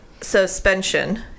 suspension